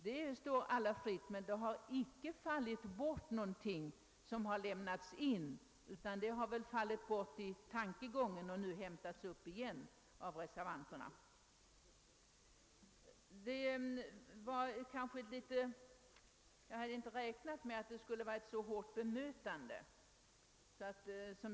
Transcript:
Det har inte fallit bort någonting ur reservationen 2; det är något man kommit på nu. Jag hade inte räknat med att det skulle bli ett så hårt påstående.